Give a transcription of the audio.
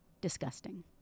disgusting